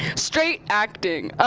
straight acting.